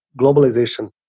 globalization